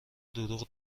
دروغ